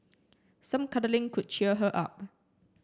some cuddling could cheer her up